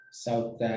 south